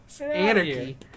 Anarchy